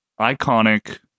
iconic